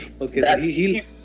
Okay